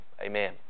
amen